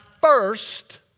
first